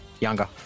Younger